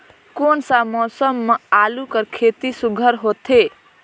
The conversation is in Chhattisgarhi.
कोन सा मौसम म आलू कर खेती सुघ्घर होथे?